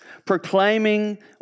proclaiming